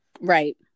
Right